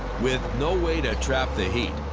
with no way to trap the heat,